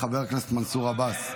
חבר הכנסת מנסור עבאס.